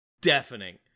deafening